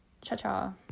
Cha-cha